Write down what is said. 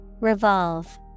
Revolve